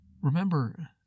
Remember